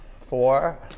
four